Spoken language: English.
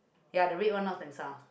ya the red One North and south